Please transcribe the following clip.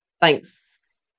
thanks